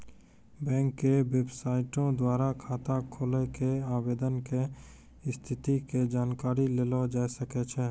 bank के बेबसाइटो द्वारा खाता खोलै के आवेदन के स्थिति के जानकारी लेलो जाय सकै छै